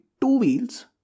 two-wheels